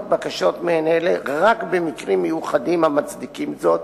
בקשות מעין אלה רק במקרים מיוחדים המצדיקים זאת,